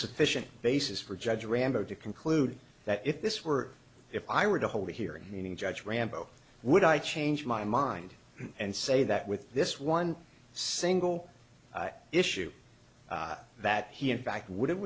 sufficient basis for judge rambo to conclude that if this were if i were to hold a hearing meaning judge rambo would i change my mind and say that with this one single issue that he in fact would